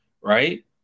Right